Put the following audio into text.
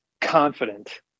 confident